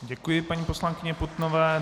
Děkuji paní poslankyni Putnové.